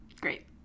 Great